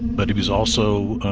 but he was also